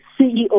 CEO